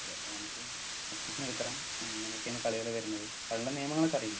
okay അപ്പം നമുക്ക് admission എടുക്കാം അങ്ങനെയൊക്കെയാണ് കളികൾ വരുന്നത് കളികളുടെ നിയമങ്ങളൊക്കെ അറിയില്ലേ